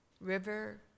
River